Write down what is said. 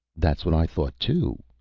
that's what i thought, too,